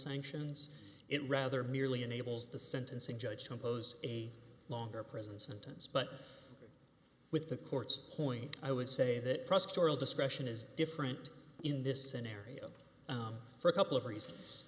sanctions it rather merely enables the sentencing judge to impose a longer prison sentence but with the court's point i would say that discretion is different in this scenario for a couple of reasons